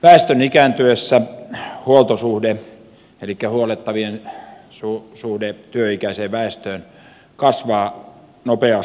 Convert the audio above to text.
väestön ikääntyessä huoltosuhde elikkä huollettavien suhde työikäiseen väestöön kasvaa nopeasti